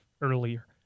earlier